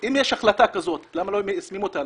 אם יש החלטה כזאת, למה לא מיישמים אותה?